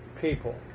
people